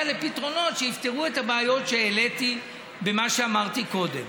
לפתרונות שיפתרו את הבעיות שהעליתי במה שאמרתי קודם.